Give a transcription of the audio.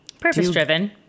purpose-driven